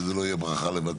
כדי שזה לא יהיה ברכה לבטלה.